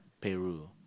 Peru